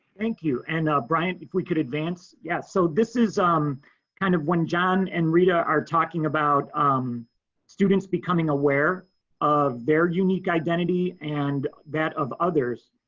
thank you and bryant, if we could advance. yeah, so this is um kind of when john and rita are talking about um students becoming aware of their unique identity and that of others.